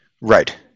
right